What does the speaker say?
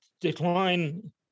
decline